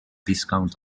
discount